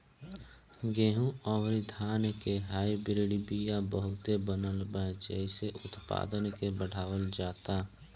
गेंहू अउरी धान के हाईब्रिड बिया बहुते बनल बा जेइसे उत्पादन के बढ़ावल जाता